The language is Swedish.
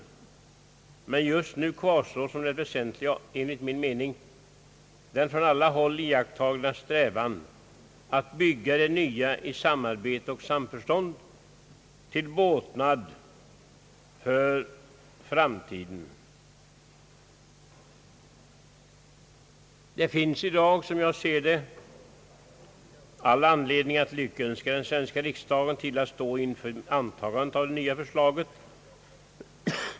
Men just nu kvarstår som det väsentliga enligt min mening den från alla håll iakttagna strävan att bygga det nya i samarbete och samförstånd till båtnad för framtiden. Det finns som jag ser det i dag all anledning att lyckönska den svenska riksdagen till att den står inför antagandet av det nya förslaget.